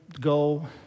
go